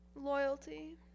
loyalty